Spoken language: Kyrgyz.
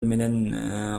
менен